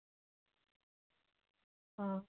ᱦᱚᱸ